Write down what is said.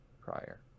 prior